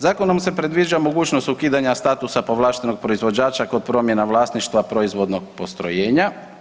Zakonom se predviđa mogućnost ukidanja statusa povlaštenog proizvođača kod promjena vlasništva proizvodnog postrojenja.